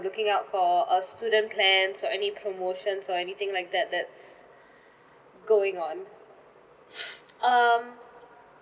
looking out for a student plan so any promotions or anything like that that's going on um